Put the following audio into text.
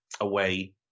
away